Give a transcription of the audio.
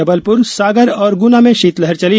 जबलपुर सागर और गुना में शीतलहर चली